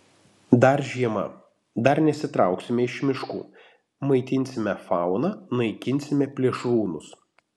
dar žiema dar nesitrauksime iš miškų maitinsime fauną naikinsime plėšrūnus